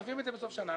מביאים את זה בסוף השנה.